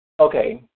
Okay